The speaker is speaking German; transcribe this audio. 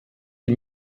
die